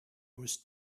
was